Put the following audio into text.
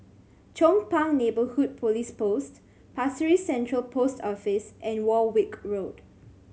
Chong Pang Neighbourhood Police Post Pasir Ris Central Post Office and Warwick Road